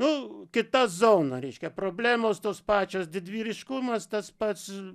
nu kita zona reiškia problemos tos pačios didvyriškumas tas pats